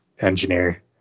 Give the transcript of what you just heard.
engineer